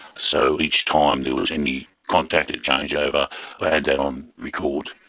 so each time there was any contact at changeover i had that on record.